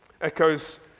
echoes